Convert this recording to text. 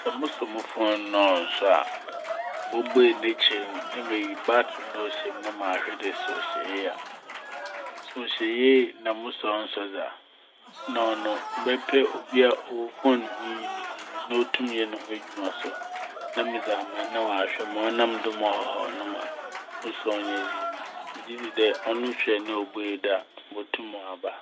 Sɛ mosɔ mo fone na sɛ ɔnnsɔ a mobuei n'ekyir no na meyi batsel na ɔhyɛ m' na mahwɛ dɛ ɔhyɛ yie a. Sɛ ɔhyɛ yie na mosɔ na ɔnnsɔ dza na ɔno mɛpɛ obi a ɔwɔ fone ho nyimdzee na otum yɛ no ho edwuma so na medze ama n' na ɔahwɛ ma ɔnam do ma ɔhaw no ma mosɔ a ɔnnyɛ yie n'. Megye dzi dɛ ɔno hwɛ na obuei do a obotum ɔaba.